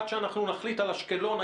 עד שאנחנו נחליט על אשקלון,